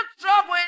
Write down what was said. trouble